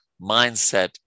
mindset